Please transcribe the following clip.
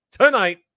tonight